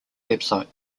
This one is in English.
website